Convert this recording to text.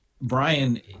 Brian